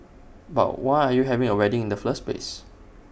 but why are you having A wedding in the first place